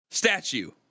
Statue